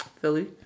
Philly